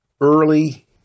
early